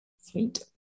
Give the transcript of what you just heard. Sweet